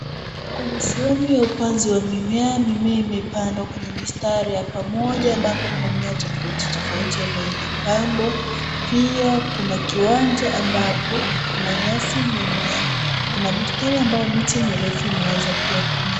Kwenye sehemu ya upanzi wa mimea, mimea imepandwa kwenye mistari ya pamoja ambapo kuna mimea tofauti tofauti ambayo imepandwa pia kuna kiwanja ambapo kuna nyasi imemea kuna bustani ambayo miti mirefu imeweza pia kumea.